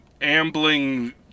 ambling